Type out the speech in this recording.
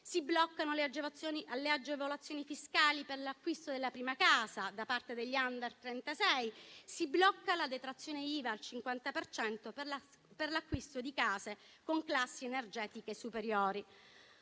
Si bloccano le agevolazioni fiscali per l'acquisto della prima casa da parte degli *under* 36, si blocca la detrazione IVA al 50 per cento per l'acquisto di case con classi energetiche superiori.